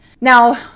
Now